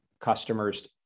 customers